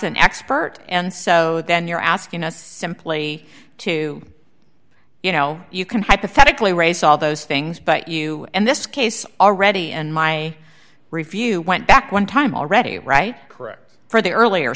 an expert and so then you're asking us simply to you know you can hypothetically raise all those things but you in this case already and my review went back one time already right correct for the earlier